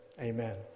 Amen